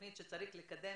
כתוכנית שצריך לקדם,